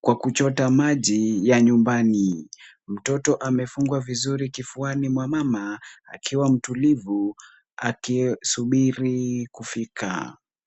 kwa kuchota maji ya nyumbani. Mtoto amefungwa vizuri kifuani mwa mama akiwa mtulivu, akisubiri kufika.